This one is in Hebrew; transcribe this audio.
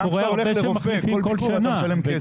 גם כשאתה הולך לרופא, בכל ביקור אתה משלם כסף.